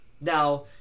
Now